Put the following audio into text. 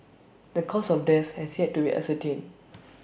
the cause of death has yet to be ascertained